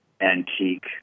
antique